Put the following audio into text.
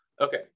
Okay